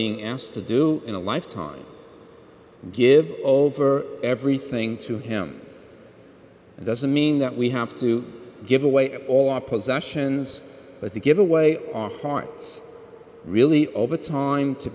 be asked to do in a life time and give over everything to him it doesn't mean that we have to give away all our possessions but to give away our hearts really over time to